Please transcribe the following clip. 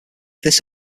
this